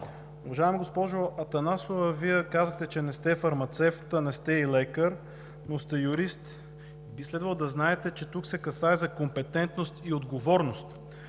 уважаема госпожо Атанасова, Вие казахте, че не сте фармацевт, не сте и лекар, но сте юрист и би следвало да знаете, че тук се касае за компетентност и отговорност.